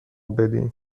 بدین